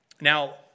Now